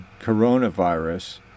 coronavirus